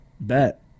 Bet